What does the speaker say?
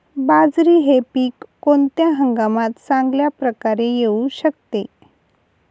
बाजरी हे पीक कोणत्या हंगामात चांगल्या प्रकारे येऊ शकते?